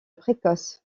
précoce